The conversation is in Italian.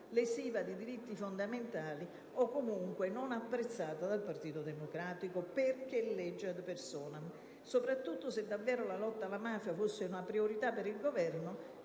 lesiva dei diritti fondamentali o, comunque, non apprezzata dal Partito Democratico perché legge *ad personam*. Soprattutto, se davvero la lotta alla mafia fosse una priorità per il Governo,